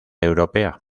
europea